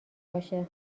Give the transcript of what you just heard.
باشه